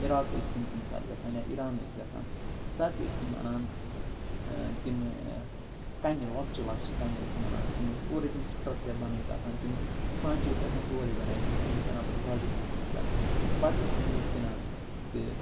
Iraq ٲسی کُنہِ کُنہِ ساتہٕ گَژھان یا ایٖران ٲسۍ گَژھان تَتہِ ٲسۍ تِم اَنان تِمہٕ کَنہِ لۄکچہِ لۄکچہِ کںہِ ٲسۍ تِم اَنان تِم ٲسۍ اورَے تِم سٕٹرٛکچر بنٲیِتھ آسان تِمہٕ سانٛچہِ ٲسۍ آسان تورَے بنٲیِتھ تِم ٲسۍ اَنان پتہٕ واجٮ۪ن منٛز تِمن بنٲیِتھ پتہٕ ٲسۍ تِم ییٚتہِ کٕنان تہٕ